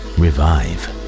revive